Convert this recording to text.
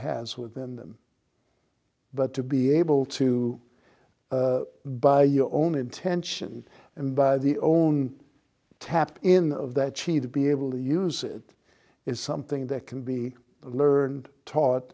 has within them but to be able to by your own intention and by the own tap in of that cheetah be able to use it is something that can be learned taught